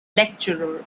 lecturer